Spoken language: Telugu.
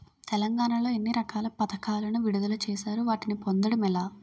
తెలంగాణ లో ఎన్ని రకాల పథకాలను విడుదల చేశారు? వాటిని పొందడం ఎలా?